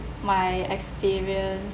my experience